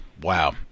wow